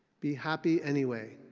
be happy anyway.